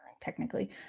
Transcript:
technically